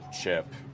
chip